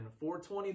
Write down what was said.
420